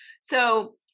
So-